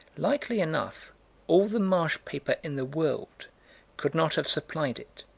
likely enough all the marsh paper in the world could not have supplied it.